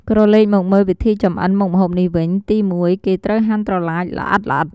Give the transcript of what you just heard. ក្រឡេកមកមើលវិធីចម្អិនមុខម្ហូបនេះវិញ ទីមួយគេត្រូវហាន់ត្រឡាចល្អិតៗ។